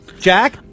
Jack